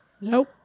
Nope